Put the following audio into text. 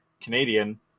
Canadian